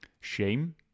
Shame